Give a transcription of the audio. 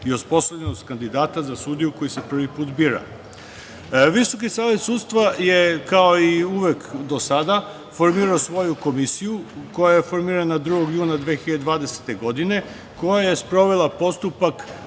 i osposobljenost kandidata za sudiju koji se prvi put bira. Visoki savet sudstva je, kao i uvek do sada, formirao svoju komisiju 2. juna 2020. godine, koja je sprovela postupak